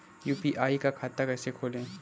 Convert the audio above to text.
UPI का खाता कैसे खोलें?